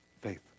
faith